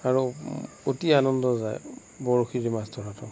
আৰু অতি আনন্দদায়ক বৰশীৰে মাছ ধৰাতো